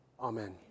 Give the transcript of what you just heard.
Amen